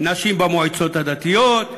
נשים במועצות הדתיות,